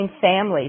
families